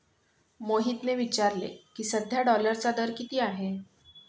मोहितने विचारले की, सध्या डॉलरचा दर किती आहे?